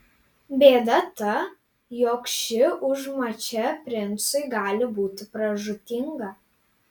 bėda ta jog ši užmačia princui gali būti pražūtinga